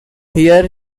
here